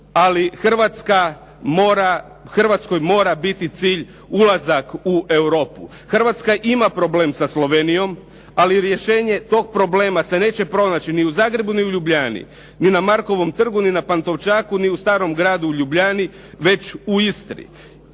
ali Hrvatskoj mora biti cilj ulazak u Europu. Hrvatska ima problem sa Slovenijom, ali rješenje tog problema se neće pronaći ni u Zagrebu, ni u Ljubljani, ni na Markovom trgu, ni na Pantovčaku ni u Starom gradu u Ljubljani već u Istri.